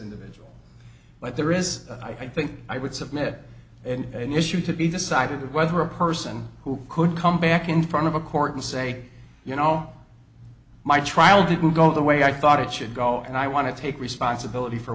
individual but there is i think i would submit and an issue to be decided whether a person who could come back in front of a court and say you know my trial didn't go the way i thought it should go and i want to take responsibility for